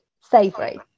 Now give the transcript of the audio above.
Savory